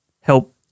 help